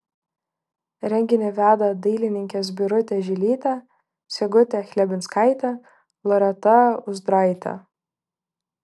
renginį veda dailininkės birutė žilytė sigutė chlebinskaitė loreta uzdraitė